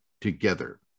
together